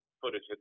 footage